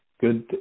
good